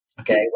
okay